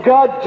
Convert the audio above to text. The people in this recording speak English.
God